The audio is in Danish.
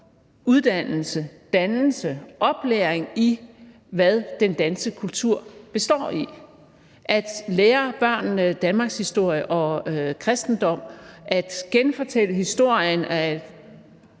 uddannelse, dannelse, oplæring i, hvad den danske kultur består i; at lære børnene danmarkshistorie og kristendom; at genfortælle historien; at